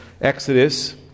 Exodus